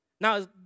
Now